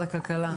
במשרד הכלכלה",